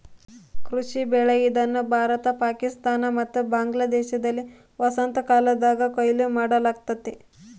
ಕೃಷಿ ಬೆಳೆ ಇದನ್ನು ಭಾರತ ಪಾಕಿಸ್ತಾನ ಮತ್ತು ಬಾಂಗ್ಲಾದೇಶದಲ್ಲಿ ವಸಂತಕಾಲದಾಗ ಕೊಯ್ಲು ಮಾಡಲಾಗ್ತತೆ